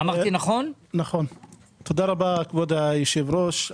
תודה רבה, כבוד היושב-ראש.